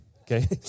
Okay